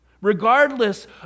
regardless